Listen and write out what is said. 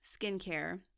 skincare